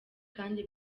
kandi